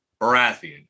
Baratheon